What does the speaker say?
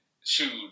shoot